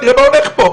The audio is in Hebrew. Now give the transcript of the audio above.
תראה מה הולך פה,